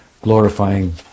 glorifying